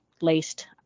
laced